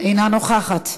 אינה נוכחת,